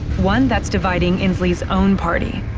one that's dividing inslee's own party.